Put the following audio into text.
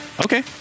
Okay